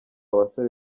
basore